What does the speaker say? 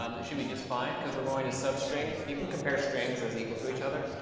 um it should be just fine, because we're going to substring. you can compare strings as equal to each other.